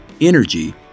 energy